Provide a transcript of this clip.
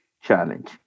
challenge